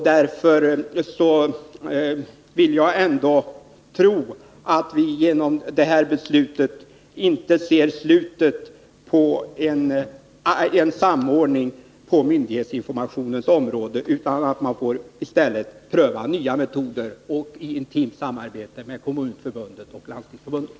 Därför vill jag ändå tro att vi inte genom det här beslutet ser slutet på en samordning på myndighetsinformationens område. Jag räknar med att man i stället får pröva nya metoder — i intimt samatbete med Kommunförbundet och Landstingsförbundet.